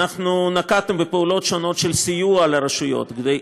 אנחנו נקטנו פעולות שונות של סיוע לרשויות כדי,